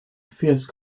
fierce